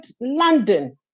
London